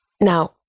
Now